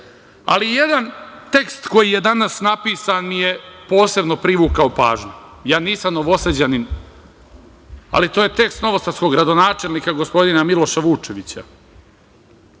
ali jedan tekst koji je danas napisan mi je posebno privukao pažnju. Nisam Novosađanin, ali to je tekst novosadskog gradonačelnika, gospodina Miloša Vučevića.